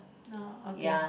na okay